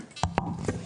בבקשה.